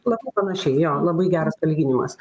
labai panašiai jo labai geras palyginimas